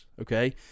okay